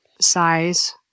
size